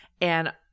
And-